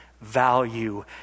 value